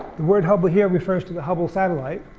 the word hubble here refers to the hubble satellite,